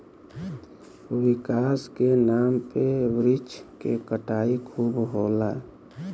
विकास के नाम पे वृक्ष के कटाई खूब होला